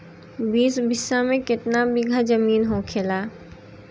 बीस बिस्सा में कितना बिघा जमीन होखेला?